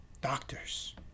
doctors